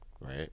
right